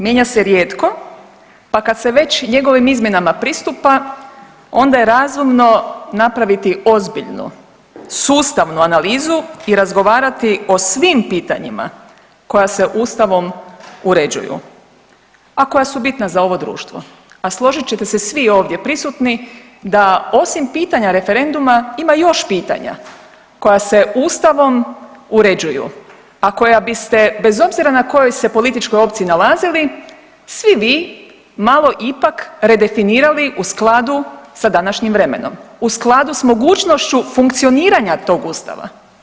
Mijenja se rijetko pa kad se već njegovim izmjenama pristupa onda je razumno napraviti ozbiljnu, sustavnu analizu i razgovarati o svim pitanjima koja se Ustavom uređuju, a koja su bitna za ovo društvo, a složit ćete se svi ovdje prisutni da osim pitanja referenduma ima još pitanja koja se Ustavom uređuju, a koja bi se bez obzira na kojoj se političkoj opciji nalazili svi vi malo ipak redefinirali u skladu sa današnjim vremenom, u skladu s mogućnošću funkcioniranja tog Ustava.